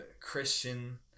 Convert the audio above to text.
Christian